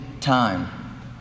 time